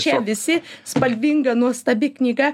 čia visi spalvinga nuostabi knyga